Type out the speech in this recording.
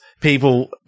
people